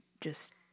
just-